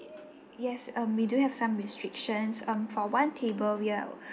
yes um we do have some restrictions um for one table we're